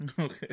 okay